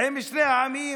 עם שני העמים,